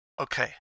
Okay